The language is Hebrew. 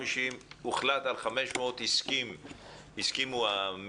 החוק הוגש עם 250, הוחלט על 500, הסכימו המגישים.